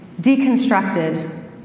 deconstructed